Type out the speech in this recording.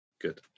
Good